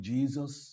Jesus